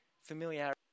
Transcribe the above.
Familiarity